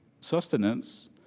sustenance